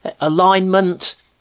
alignment